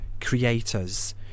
creators